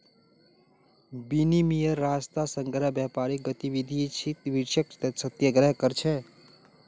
विनिमयेर रास्ता समग्र व्यापारिक गतिविधित वृद्धिक प्रोत्साहित कर छे